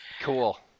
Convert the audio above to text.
Cool